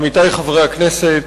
עמיתי חברי הכנסת,